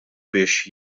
biex